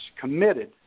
committed